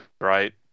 right